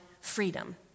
freedom